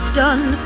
done